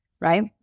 right